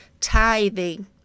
tithing